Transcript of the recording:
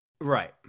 right